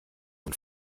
und